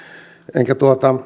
enkä